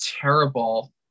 terrible